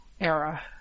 era